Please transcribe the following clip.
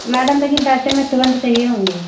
madam लेकिन पैसे हमें तुरंत चाहिए होंगे